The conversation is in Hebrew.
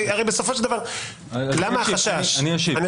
אני אשיב.